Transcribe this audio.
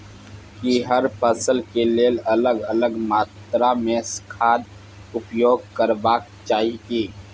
की हर फसल के लेल अलग अलग मात्रा मे खाद उपयोग करबाक चाही की?